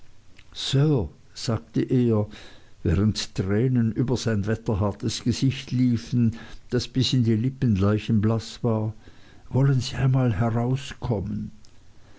sir sagte er während tränen über sein wetterhartes gesicht liefen das bis in die lippen leichenblaß war wollen sie einmal herauskommen